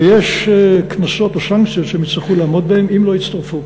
ויש קנסות או סנקציות שהם יצטרכו לעמוד בהם אם לא יצטרפו.